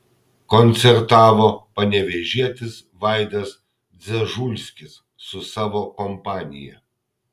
koncertavo panevėžietis vaidas dzežulskis su savo kompanija